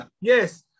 Yes